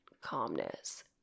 calmness